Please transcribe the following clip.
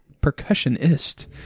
Percussionist